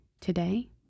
today